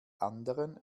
anderen